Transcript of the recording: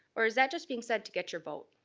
or is that just being said to get your vote?